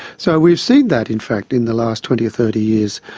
so we've seen that, in fact, in the last twenty or thirty years.